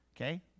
Okay